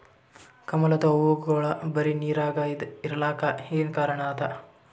ಕಮಲದ ಹೂವಾಗೋಳ ಬರೀ ನೀರಾಗ ಇರಲಾಕ ಏನ ಕಾರಣ ಅದಾ?